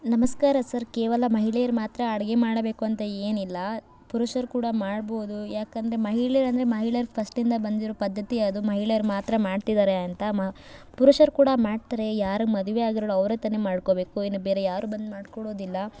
ನಮಸ್ಕಾರ ಸರ್ ಕೇವಲ ಮಹಿಳೆಯರು ಮಾತ್ರ ಅಡುಗೆ ಮಾಡಬೇಕು ಅಂತ ಏನಿಲ್ಲ ಪುರುಷರು ಕೂಡ ಮಾಡ್ಬೌದು ಯಾಕಂದರೆ ಮಹಿಳೆಯರು ಅಂದರೆ ಮಹಿಳೆಯರು ಫಸ್ಟಿಂದ ಬಂದಿರೋ ಪದ್ದತಿಯೇ ಅದು ಮಹಿಳೆಯರು ಮಾತ್ರ ಮಾಡ್ತಿದ್ದಾರೆ ಅಂತ ಮ ಪುರುಷರು ಕೂಡ ಮಾಡ್ತಾರೆ ಯಾರಿಗೆ ಮದುವೆಯಾಗಿರಲ್ಲವೋ ಅವರೇ ತಾನೇ ಮಾಡ್ಕೋಬೇಕು ಇನ್ನು ಬೇರೆ ಯಾರೂ ಬಂದು ಮಾಡಿಕೊಡೋದಿಲ್ಲ